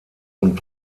und